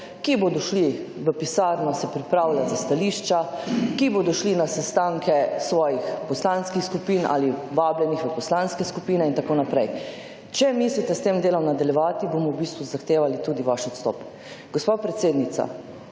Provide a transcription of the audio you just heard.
ki bodo šli v pisarno se pripravljat za stališča, ki bodo šli na sestanke svojih poslanskih skupin ali vabljenih v poslanske skupine in tako naprej. Če mislite s tem delom nadaljevati, bomo v bistvu zahtevali tudi vaš odstop. Gospa predsednica,